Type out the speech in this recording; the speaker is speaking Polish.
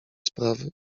sprawy